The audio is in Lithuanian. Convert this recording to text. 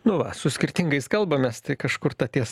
nu va su skirtingais kalbamės tai kažkur ta ties